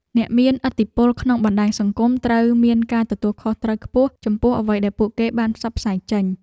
អ្នកមានឥទ្ធិពលក្នុងបណ្តាញសង្គមត្រូវមានការទទួលខុសត្រូវខ្ពស់ចំពោះអ្វីដែលពួកគេបានផ្សព្វផ្សាយចេញ។